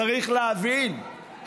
צריך להבין,